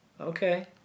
Okay